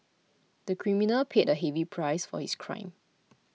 the criminal paid a heavy price for his crime